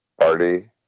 party